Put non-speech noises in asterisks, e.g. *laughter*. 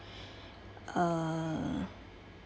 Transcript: *breath* uh